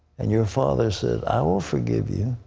and your father says, i will forgive you.